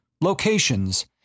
locations